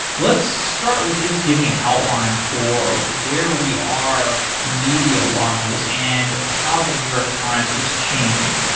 let's start with just giving an outline for where we are media wise and how the new york times is changing.